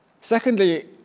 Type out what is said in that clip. Secondly